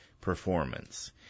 performance